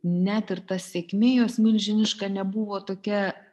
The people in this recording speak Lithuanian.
net ir ta sėkmė jos milžiniška nebuvo tokia